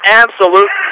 absolute